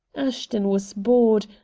ashton was bored,